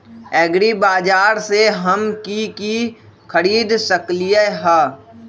एग्रीबाजार से हम की की खरीद सकलियै ह?